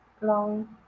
long